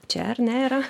čia ar ne yra